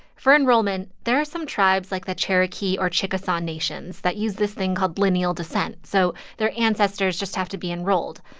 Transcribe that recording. for enrollment, there are some tribes like the cherokee or chickasaw nations that use this thing called lineal descent. so their ancestors just have to be enrolled.